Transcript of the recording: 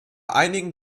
einigen